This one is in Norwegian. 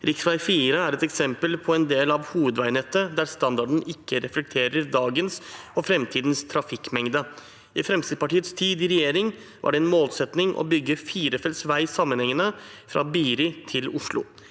«Rv. 4 er et eksempel på en del av hovedveinettet der standarden ikke reflekterer dagens og fremtidens trafikkmengde. I Fremskrittspartiets tid i regjering var det en målsetting å bygge firefelts vei sammenhengende fra Biri til Oslo.